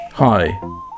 Hi